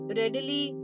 readily